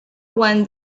won